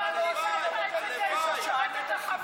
למה לא עשיתם את זה לפני חודשיים,